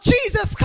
Jesus